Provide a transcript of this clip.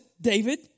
David